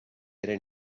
eren